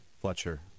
fletcher